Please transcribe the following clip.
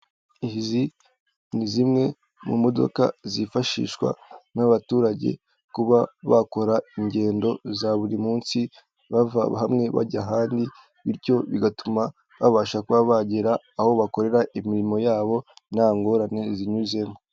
Izi ni zimwe mu modoka zifashishwa n'abaturage kuba bakora ingendo za buri munsi bava hamwe bajya ahandi bityo bigatuma babasha kuba bagera aho bakorera imirimo yabo nta ngorane zinyuzemo.